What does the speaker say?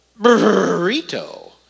Burrito